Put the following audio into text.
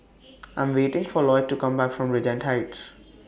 I Am waiting For Lloyd to Come Back from Regent Heights